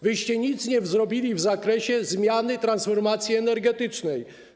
Wyście nic nie zrobili w zakresie zmiany, transformacji energetycznej.